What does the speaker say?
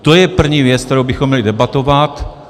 To je první věc, kterou bychom měli debatovat.